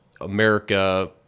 America